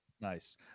Nice